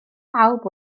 pawb